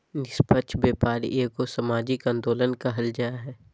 निस्पक्ष व्यापार एगो सामाजिक आंदोलन कहल जा हइ